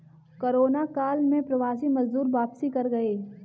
corona काल में प्रवासी मजदूर वापसी कर गए